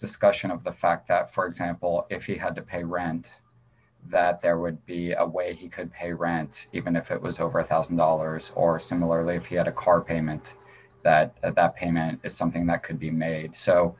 discussion of the fact that for example if he had to pay rent that there would be a way he could pay rent even if it was over a one thousand dollars or similarly if he had a car payment that payment is something that could be made so